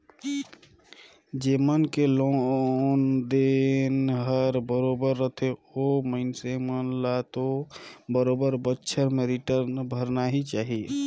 जेमन के लोन देन हर बरोबर रथे ओ मइनसे मन ल तो बरोबर बच्छर में के रिटर्न भरना ही चाही